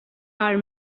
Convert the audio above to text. our